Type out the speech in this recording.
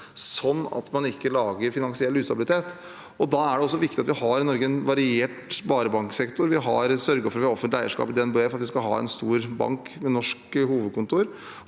slik at man ikke lager finansiell ustabilitet, og da er det også viktig at vi i Norge har en variert sparebanksektor. Vi har sørget for at vi har offentlig eierskap i DNB, for at vi skal ha en stor bank med norsk hovedkontor.